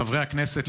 חברי הכנסת,